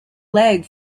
leg